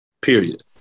period